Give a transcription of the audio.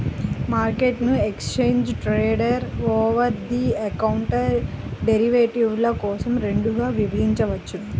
మార్కెట్ను exchange traded, over the counter డెరివేటివ్ల కోసం రెండుగా విభజించవచ్చు